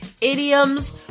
idioms